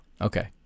Okay